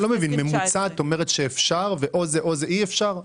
את אומרת שממוצע אפשר, ו"או זה או זה" אי אפשר?